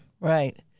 Right